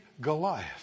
Goliath